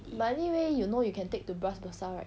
but anyway you know you can take to bras basah right